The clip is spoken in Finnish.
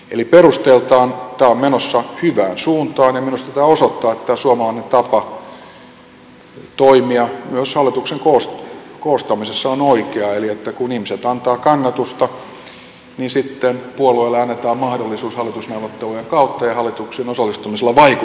eli perusteiltaan tämä on menossa hyvään suuntaan ja minusta tämä osoittaa että suomalainen tapa toimia myös hallituksen koostamisessa on oikea eli kun ihmiset antavat kannatusta niin sitten puolueelle annetaan mahdollisuus hallitusneuvottelujen kautta ja hallitukseen osallistumisella vaikuttaa asioihin